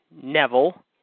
Neville